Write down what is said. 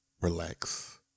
relax